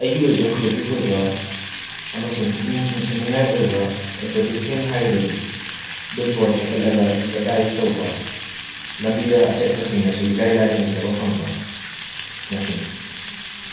ꯑꯩꯒꯤ ꯑꯣꯏꯕ ꯀ꯭ꯔꯤꯌꯦꯇꯤꯚ ꯑꯣꯏꯕ ꯑꯃꯁꯨꯡ ꯄꯨꯛꯅꯤꯡ ꯆꯤꯡꯁꯟꯅꯤꯡꯉꯥꯏ ꯑꯣꯏꯕ ꯑꯦꯠꯚꯔꯇꯤꯁꯃꯦꯟ ꯍꯥꯏꯔꯒꯗꯤ ꯕꯤꯜ ꯕꯣꯔꯗ ꯊꯦꯛꯀꯠꯂꯒ ꯑꯦꯠꯚꯔꯇꯥꯏꯁ ꯇꯧꯕ ꯂꯝꯕꯤꯗ ꯑꯆꯠꯄꯁꯤꯡꯅꯁꯨ ꯏꯔꯥꯏ ꯂꯥꯏꯅ ꯎꯖꯕ ꯐꯪꯕ ꯃꯁꯤꯅꯤ